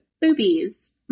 boobies